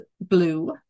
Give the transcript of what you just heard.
blue